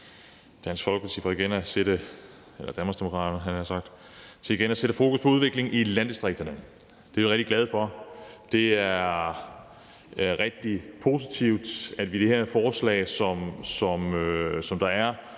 for igen at sætte fokus på udviklingen i landdistrikterne. Det er vi rigtig glade for. Det er rigtig positivt, at man med det her forslag gerne